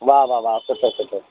वाह वाह वाह सुठो सुठो